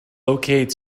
locate